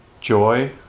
joy